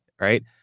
right